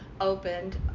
opened